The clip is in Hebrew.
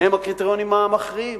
הם הקריטריונים המכריעים.